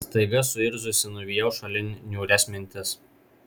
staiga suirzusi nuvijau šalin niūrias mintis